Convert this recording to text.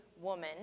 woman